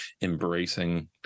embracing